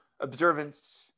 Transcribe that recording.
observance